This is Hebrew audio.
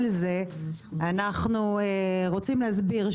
אדוני היושב-ראש.